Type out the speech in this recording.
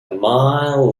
mile